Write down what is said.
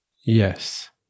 Yes